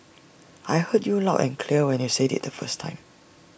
I heard you loud and clear when you said IT the first time